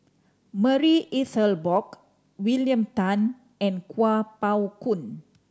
Marie Ethel Bong William Tan and Kuo Pao Kun